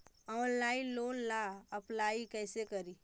Online loan ला apply कैसे करी?